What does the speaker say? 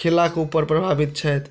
खेलाके ऊपर प्रभावित छथि